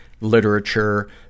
literature